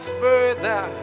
further